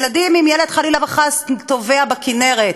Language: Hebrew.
ילדים, אם ילד, חלילה וחס, טובע בכינרת,